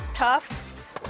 tough